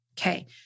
okay